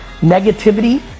negativity